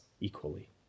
equally